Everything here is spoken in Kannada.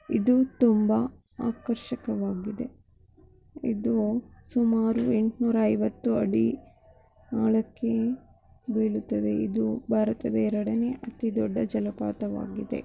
ಇದು ತುಂಬ ಆಕರ್ಷಕವಾಗಿದೆ ಇದು ಸುಮಾರು ಎಂಟುನೂರ ಐವತ್ತು ಅಡಿ ಆಳಕ್ಕೆ ಬೀಳುತ್ತದೆ ಇದು ಭಾರತದ ಎರಡನೇ ಅತಿದೊಡ್ಡ ಜಲಪಾತವಾಗಿದೆ